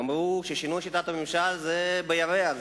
אמרו ששינוי שיטת הממשל זה בירח,